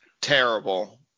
terrible